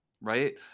right